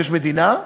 שיש מדינה,